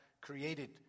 created